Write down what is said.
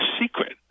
Secret